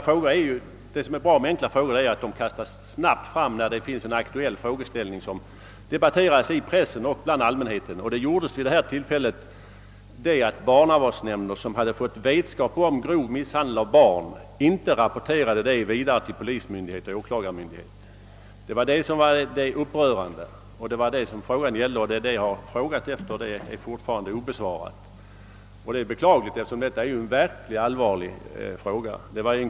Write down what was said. Fördelen med enkla frågor är att de framställs i omedelbar anslutning till något aktuellt problem, som debatteras i pressen och bland allmänheten. Vid det tillfälle då jag ställde min fråga hade barnavårdsnämnder, som fått vetskap om grov misshandel av barn, inte rapporterat detta vidare till polisoch åklagarmyndigheter. Jag ansåg att det var upprörande, och frågan gällde just detta spörsmål. Men min fråga är fortfarande obesvarad. Det är beklagligt, eftersom det rör sig om ett verkligt allvarligt problem.